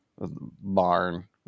Barn